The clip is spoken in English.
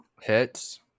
hits